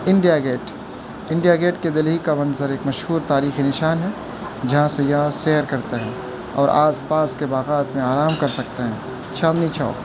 India Gate India Gate کے دہلی کا منظر ایک مشہور تاریخی نشان ہے جہاں سیاح سیر کرتے ہیں اور آس پاس کے باغات میں آرام کر سکتے ہیں چاندنی چوک